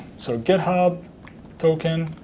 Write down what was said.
so github token,